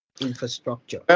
Infrastructure